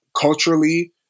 Culturally